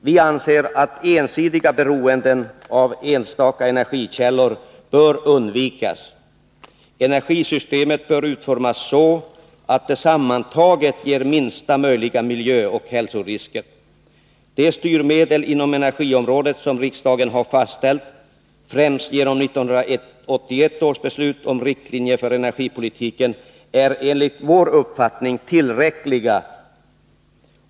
Vi anser att ensidiga beroenden av enstaka energikällor bör undvikas. Energisystemet bör utformas så att det sammantaget ger minsta möjliga miljöoch hälsorisker. De styrmedel inom energiområdet som riksdagen har fastställt, främst genom 1981 års beslut om riktlinjer för energipolitiken, är enligt vår uppfattning tillräckliga.